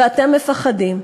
ואתם מפחדים.